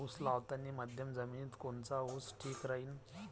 उस लावतानी मध्यम जमिनीत कोनचा ऊस ठीक राहीन?